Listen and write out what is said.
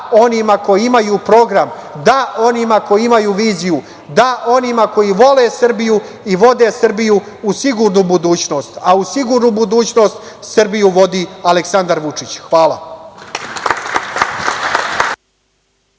da, onima koji imaju program, da onima koji imaju viziju, da onima koji vole Srbiju i vode Srbiju u sigurnu budućnost, a u sigurnu budućnost, Srbiju vodi Aleksandar Vučić. Hvala.